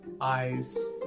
eyes